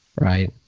Right